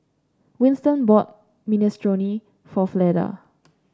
Winton bought Minestrone for Fleda